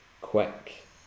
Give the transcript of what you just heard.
quick